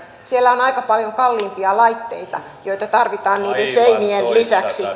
siellä on aika paljon kalliimpia laitteita joita tarvitaan niiden seinien lisäksi